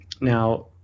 Now